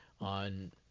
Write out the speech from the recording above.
on